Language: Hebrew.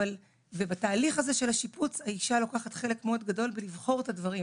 אבל בתהליך הזה של השיפוץ האישה לוקחת חלק מאוד גדול בלבחור את הדברים.